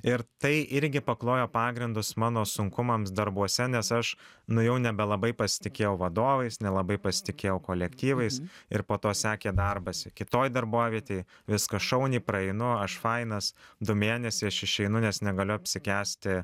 ir tai irgi paklojo pagrindus mano sunkumams darbuose nes aš nu jau nebelabai pasitikėjau vadovais nelabai pasitikėjau kolektyvais ir po to sekė darbas kitoj darbovietėj viskas šauniai praeinu aš fainas du mėnesiai aš išeinu nes negaliu apsikęsti